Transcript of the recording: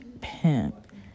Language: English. pimp